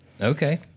Okay